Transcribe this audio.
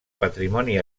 patrimoni